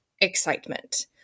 excitement